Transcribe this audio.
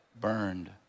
burned